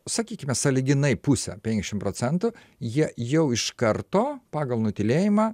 sakykime sąlyginai pusę penkiasdešimt procentų jie jau iš karto pagal nutylėjimą